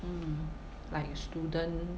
mm like student